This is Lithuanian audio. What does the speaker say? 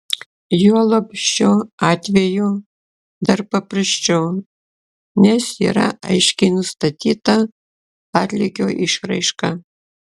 juolab šiuo atveju dar paprasčiau nes yra aiškiai nustatyta atlygio išraiška